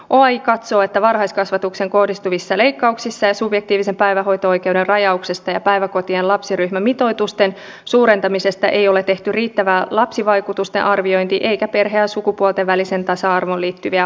oaj katsoo että varhaiskasvatukseen kohdistuvista leikkauksista ja subjektiivisen päivähoito oikeuden rajauksesta ja päiväkotien lapsiryhmämitoitusten suurentamisesta ei ole tehty riittävää lapsivaikutusten arviointia eikä perheiden ja sukupuolten väliseen tasa arvoon liittyvää arviointia